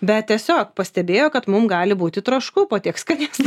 bet tiesiog pastebėjo kad mum gali būti trošku po tiek skanėstų